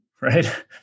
right